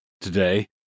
today